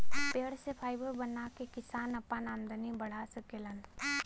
पेड़ से फाइबर बना के किसान आपन आमदनी बढ़ा सकेलन